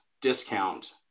discount